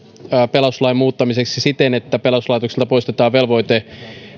pelastuslain muuttamiseksi siten että pelastuslaitoksilta poistetaan velvoite